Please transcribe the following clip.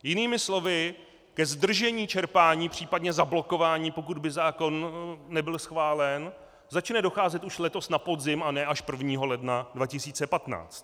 Jinými slovy, ke zdržení čerpání, případně zablokování, pokud by zákon nebyl schválen, začne docházet už letos na podzim, a ne až 1. ledna 2015.